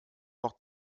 noch